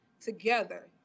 together